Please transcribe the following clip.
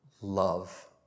love